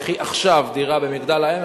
קחי עכשיו דירה במגדל-העמק,